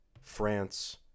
France